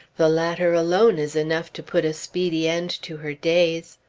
the latter alone is enough to put a speedy end to her days.